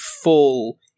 full